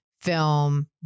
film